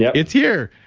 yeah it's here.